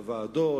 בוועדות,